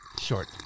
short